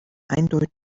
eindeutig